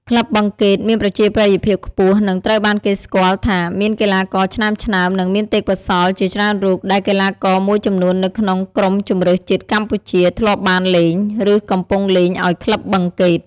ក្លឹបបឹងកេតមានប្រជាប្រិយភាពខ្ពស់ និងត្រូវបានគេស្គាល់ថាមានកីឡាករឆ្នើមៗ និងមានទេពកោសល្យជាច្រើនរូប ដែលកីឡាករមួយចំនួននៅក្នុងក្រុមជម្រើសជាតិកម្ពុជា ធ្លាប់បានលេង ឬកំពុងលេងឲ្យក្លឹបបឹងកេត។